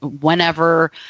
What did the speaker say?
whenever